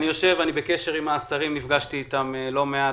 אני בקשר עם השרים ונפגשתי איתם לא מעט,